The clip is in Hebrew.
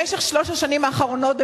במשך שלוש השנים האחרונות,